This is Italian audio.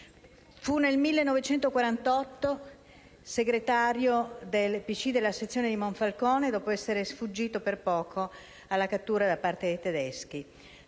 Fu nel 1948 segretario del PCI della sezione di Monfalcone, dopo essere sfuggito per poco alla cattura da parte dei tedeschi.